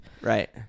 right